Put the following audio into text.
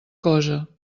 cosa